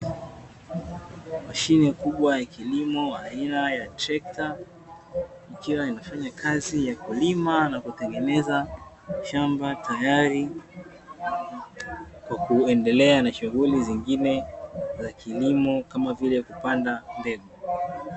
Mashine kubwa ya kilimo aina ya trekta, ikiwa inafanya kazi ya kulima na kutengeneza shamba, tayari kwa kuendelea na shughuli zingine za kilimo kama vile kupanda mbegu.